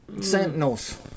Sentinels